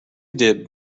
dip